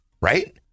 Right